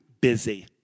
busy